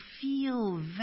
feel